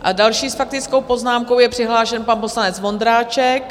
A další s faktickou poznámkou je přihlášen pan poslanec Vondráček.